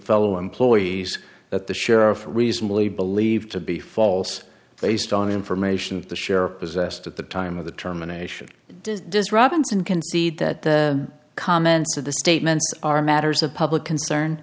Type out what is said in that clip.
fellow employees that the sheriff reasonably believed to be false based on information the share possessed at the time of the terminations does does robinson concede that the comments of the statements are matters of public concern